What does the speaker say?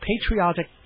Patriotic